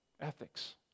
ethics